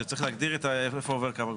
שצריך להגדיר איפה עובר קו הגבול.